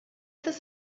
this